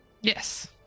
Yes